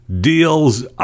deals